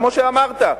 כמו שאמרת,